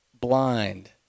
blind